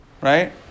right